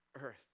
earth